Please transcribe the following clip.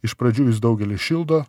iš pradžių jis daugelį šildo